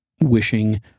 wishing